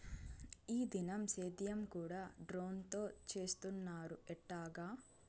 ఈ దినం సేద్యం కూడ డ్రోన్లతో చేస్తున్నారు ఎట్టాగా